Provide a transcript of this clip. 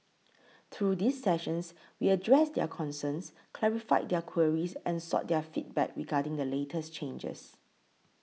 through these sessions we addressed their concerns clarified their queries and sought their feedback regarding the latest changes